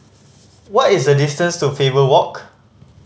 what is the distance to Faber Walk